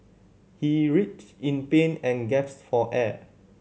he writhed in pain and gaps for air